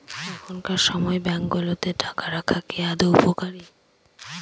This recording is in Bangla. এখনকার সময় ব্যাঙ্কগুলোতে টাকা রাখা কি আদৌ উপকারী?